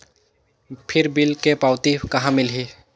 फिर बिल के पावती कहा मिलही?